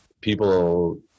people